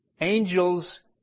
Angels